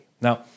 now